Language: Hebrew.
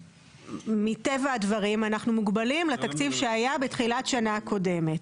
מטבע הדברים אנחנו מוגבלים לתקציב שהיה בתחילת השנה הקודמת.